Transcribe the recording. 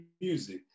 music